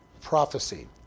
prophecy